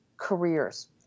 Careers